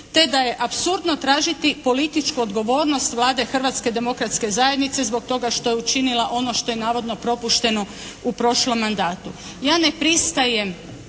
te da je apsurdno tražiti političku odgovornost Vlade Hrvatske demokratske zajednice zbog toga što je učinila ono što je navodno propušteno u prošlom mandatu. Ja ne pristajem